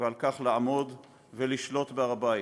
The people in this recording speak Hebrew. ועל כך יש לעמוד ולשלוט בהר-הבית,